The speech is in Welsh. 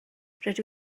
rydw